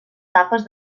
capes